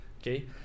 okay